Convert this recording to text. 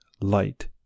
light